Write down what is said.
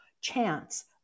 chance